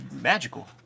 magical